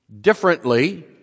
differently